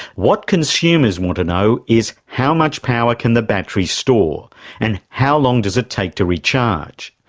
what consumers want to know is how much power can the battery store and how long does it take to recharge?